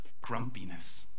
grumpiness